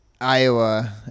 Iowa